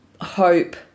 hope